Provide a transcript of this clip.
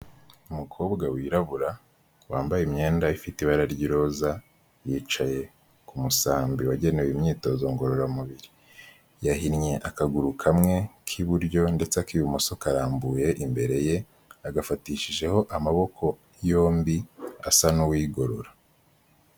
Umukobwa wirabura wambaye imyenda ifite ibara ry'iroza, yicaye ku musambi wagenewe imyitozo ngororamubiri, yahinnye akaguru kamwe k'iburyo ndetse akw'imoso karambuye imbere ye, agafatishijeho amaboko yombi asa n'uwigorora.